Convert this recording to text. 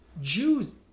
Jews